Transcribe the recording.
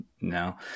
no